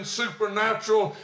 supernatural